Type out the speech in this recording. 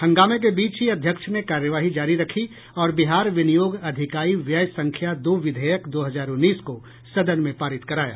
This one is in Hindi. हंगामे के बीच ही अध्यक्ष ने कार्यवाही जारी रखी और बिहार विनियोग अधिकाई व्यय संख्या दो विधेयक दो हजार उन्नीस को सदन में पारित कराया